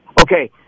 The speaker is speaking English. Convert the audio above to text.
Okay